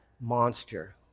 monster